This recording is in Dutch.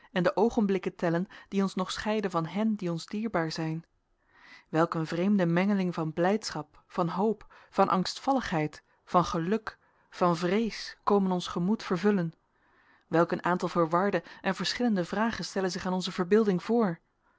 en de oogenblikken tellen die ons nog scheiden van hen die ons dierbaar zijn welk een vreemde mengeling van blijdschap van hoop van angstvalligheid van geluk van vrees komen ons gemoed vervullen welk een aantal verwarde en verschillende vragen stellen zich aan onze verbeelding voor